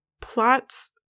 plots